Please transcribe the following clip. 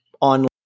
online